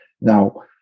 now